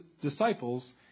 disciples